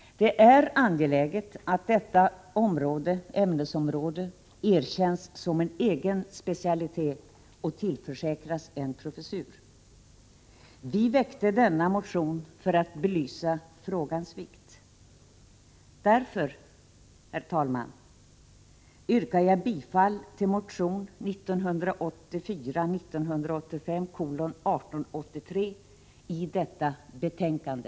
Det är angeläget att detta ämnesområde erkänns som en egen specialitet och tillförsäkras en professur. Vi väckte denna motion för att belysa frågans ; vikt. Därför, herr talman, yrkar jag bifall till motion 1984/85:1883 i detta betänkande.